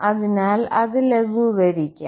അതിനാൽ അത് ലഘൂകരിക്കാം